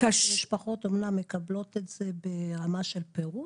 משפחות אומנה מקבלות את זה ברמה של פירוט,